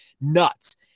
nuts